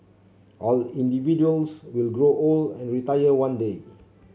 all individuals will grow old and retire one day